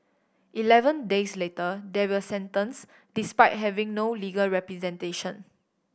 eleven days later they were sentenced despite having no legal representation